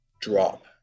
drop